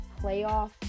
playoff